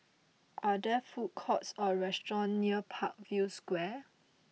are there food courts or restaurants near Parkview Square